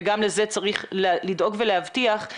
וגם לזה צריך לדאוג ולהבטיח,